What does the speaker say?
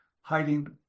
hiding